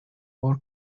more